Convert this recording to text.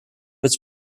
its